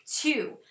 two